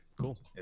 cool